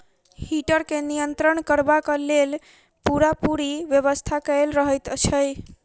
heater के नियंत्रण करबाक लेल पूरापूरी व्यवस्था कयल रहैत छै